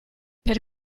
per